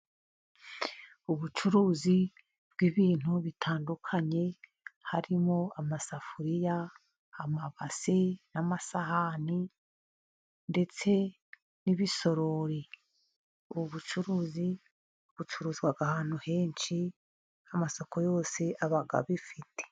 Ubucuruzi bw'ibintu bitandukanye, harimo amasafuriya, amabasi n'amasahani ndetse n'ibisorori, ubu bucuruzi bucuruzwa ahantu henshi amasoko yose ab'abifite.